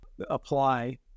apply